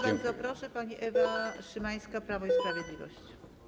Bardzo proszę, pani poseł Ewa Szymańska, Prawo i Sprawiedliwość.